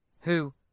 who